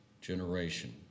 generation